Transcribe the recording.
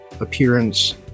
appearance